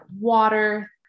water